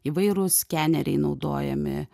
įvairūs skeneriai naudojami